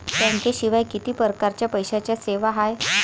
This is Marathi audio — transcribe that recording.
बँकेशिवाय किती परकारच्या पैशांच्या सेवा हाय?